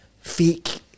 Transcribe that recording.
fake